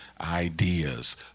ideas